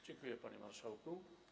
Dziękuję, panie marszałku.